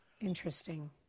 interesting